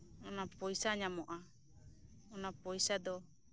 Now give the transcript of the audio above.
ᱚᱱᱟ ᱯᱚᱭᱥᱟ ᱧᱟᱢᱚᱜᱼᱟ ᱚᱱᱟ ᱯᱚᱭᱥᱟᱫᱚ